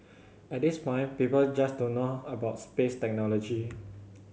at this point people just don't know about space technology